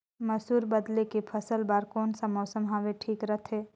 मसुर बदले के फसल बार कोन सा मौसम हवे ठीक रथे?